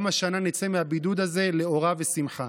גם השנה נצא מהבידוד הזה לאורה ולשמחה.